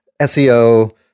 SEO